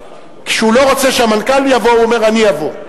כשהוא לא רוצה שהמנכ"ל יבוא, הוא אומר: אני אבוא.